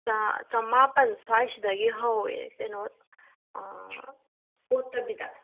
ꯆꯃꯥꯄꯜ ꯁ꯭ꯋꯥꯏꯁꯤꯗꯒꯤ ꯍꯧꯋꯦ ꯀꯩꯅꯣ ꯀꯣꯠꯇꯕꯤꯗ